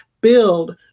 build